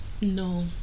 No